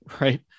right